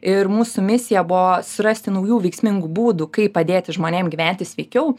ir mūsų misija buvo surasti naujų veiksmingų būdų kaip padėti žmonėm gyventi sveikiau